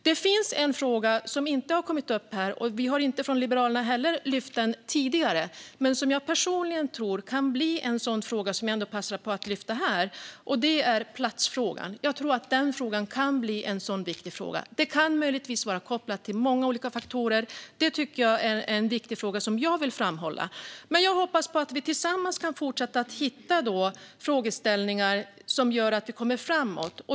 Det finns en fråga som inte har kommit upp här - vi liberaler har inte heller lyft fram den tidigare, men jag passar på att lyfta fram den här - nämligen platsfrågan. Den kan möjligtvis vara kopplad till många olika faktorer, men det är en viktig fråga som jag vill framhålla. Jag hoppas att vi tillsammans kan fortsätta att hitta frågeställningar som gör att vi kommer framåt.